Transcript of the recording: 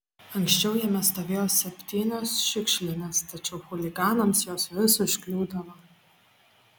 anksčiau jame stovėjo septynios šiukšlinės tačiau chuliganams jos vis užkliūdavo